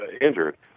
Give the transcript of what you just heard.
injured